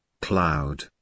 cloud